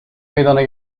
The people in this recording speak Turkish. meydana